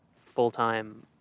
full-time